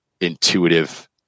intuitive